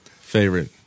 favorite